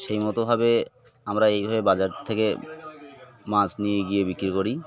সেই মতো ভাবে আমরা এই ভাবে বাজার থেকে মাছ নিয়ে গিয়ে বিক্রি করি